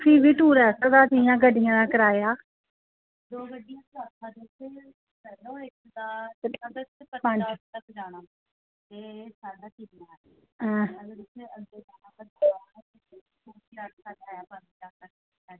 फ्ही टुरिस्ट दा कियां गड्डियें दा किराया आं जी आं